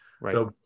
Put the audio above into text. Right